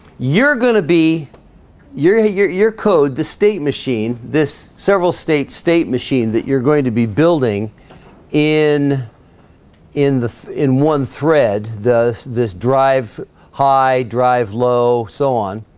you're gonna be your ah your your code the state machine this several state state machine that you're going to be building in in the in one thread the this drive high drive low so on